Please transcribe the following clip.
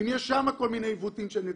אם יש שם כל מיני עיוותים שנוצרים.